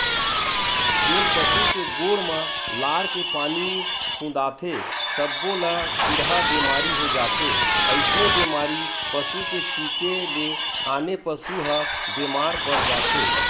जेन पसु के गोड़ म लार के पानी खुंदाथे सब्बो ल खुरहा बेमारी हो जाथे अइसने बेमारी पसू के छिंके ले आने पसू ह बेमार पड़ जाथे